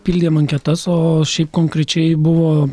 pildėm anketas o šiaip konkrečiai buvo